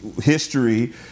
history